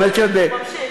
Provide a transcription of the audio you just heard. אם היית יושבת, הוא ממשיך,